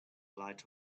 light